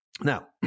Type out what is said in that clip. Now